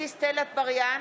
הבריאות.